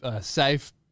safe